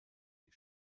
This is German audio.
die